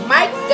Mike